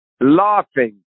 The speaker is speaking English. laughing